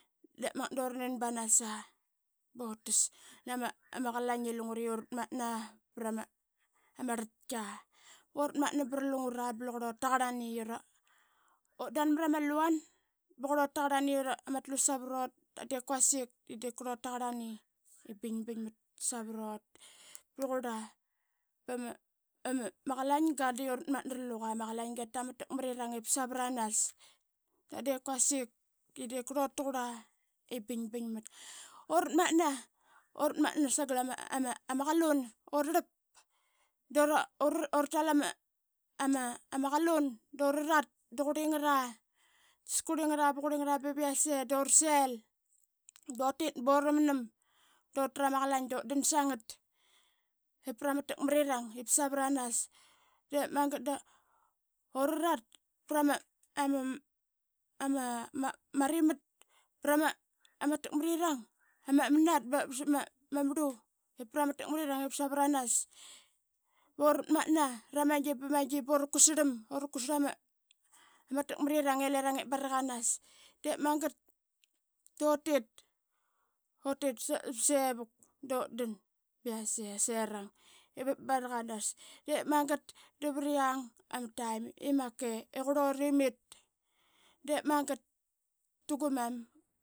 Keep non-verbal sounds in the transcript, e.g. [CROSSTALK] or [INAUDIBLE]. De magat duranin ba nasa butas nama qalain lungre urat matna vrama rlatkia. Urat matna ba ralungra blu qurlut tagarlani ura [HESITATION] dan mrama lauan ba qurlut tagarlani ama atlu savrut dap de quasik de diip qurlut taqarlani i bing bingmat savrut. Braq urla bama bama qalainga de urat mat na raluqa ama qalinga i tamal takarirang ip savaranas da de quasik de dep qurlut taqurla i bing bingmat. Urat mat na sagal ama qalun. ura rlap duratal ama galun brarat da qurli ngara. qaitas qurlingra. ba qurlinga bevi yase dura sel dutit bur a mnam. Dutrama qalain dut dan sangat ip prama tak. marirang ip savranas. Dep magat da urarat prama rima prama takmrirang i ama nat ba sap ma marlu ip prama takmrirang savranas Burat matna brama gi bama gi dura kusarlam. Ura kusarle ama takmrirang i lirangebaraganas de magat dutit. utit ba sevuk dut dan ba yase serang ip baraqanas. De magat da vring ama taim imake i qurlut imit de magat da da gumam.